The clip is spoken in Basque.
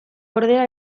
ordea